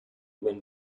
when